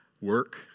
work